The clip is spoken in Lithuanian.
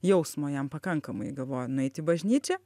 jausmo jam pakankamai galvoja nueit į bažnyčią